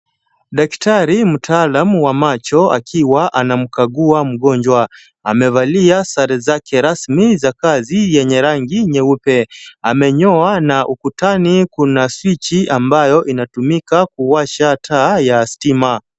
Daktari mtaalam wa macho, akiwa anamkagua mgonjwa. Amevalia sare zake rasmi za kazi yenye rangi nyeupe. Amenyoa na ukutani kuna swichi ambayo inatumika kuwasha taa ya stima.